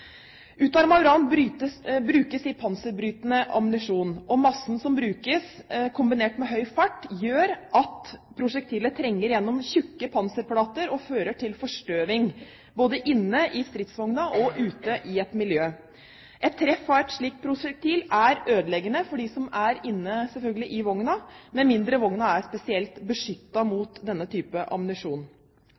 uran brukes i panserbrytende ammunisjon. Massen som brukes, kombinert med høy fart, gjør at prosjektilet trenger gjennom tykke panserplater og fører til forstøving både inne i stridsvognen og ute i miljøet. Et treff av et slikt prosjektil er selvfølgelig ødeleggende for dem som er inne i vognen, med mindre vognen er spesielt beskyttet mot denne type ammunisjon.